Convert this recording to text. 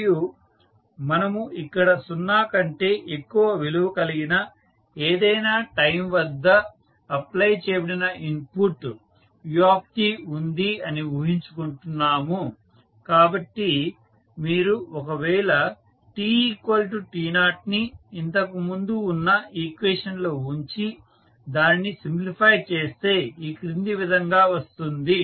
మరియు మనము ఇక్కడ సున్నా కంటే ఎక్కువ విలువ కలిగిన ఏదైనా టైం వద్ద అప్లై చేయబడిన ఇన్పుట్ u ఉంది అని ఊహించుకుంటున్నాను కాబట్టి మీరు ఒకవేళ tt0ని ఇంతకు ముందు ఉన్న ఈక్వేషన్ లో ఉంచి దానిని సింప్లిఫై చేస్తే ఈక్రింది విధంగా వస్తుంది